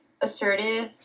assertive